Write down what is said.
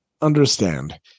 understand